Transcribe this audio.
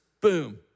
boom